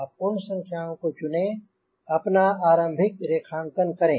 आप उन संँख्याओं को चुने और अपना आरंभिक रेखांकन करें